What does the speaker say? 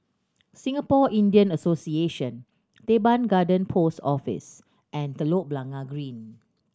Singapore Indian Association Teban Garden Post Office and Telok Blangah Green